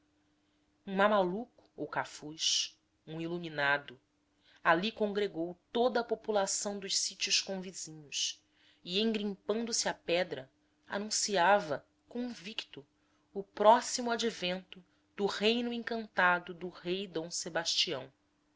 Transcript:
mamaluco ou cafuz um iluminado ali congregou toda a população dos sítios convizinhos e engrimpando se à pedra anunciava convicto o próximo advento do reino encantado do rei d sebastião